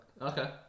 okay